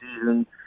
season